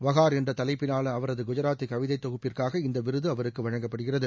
வகார் என்ற தலைப்பிவான அவரது குஜராத்தி கவிதை தொகுப்பிற்காக இந்த விருது அவருக்கு வழங்கப்படுகிறது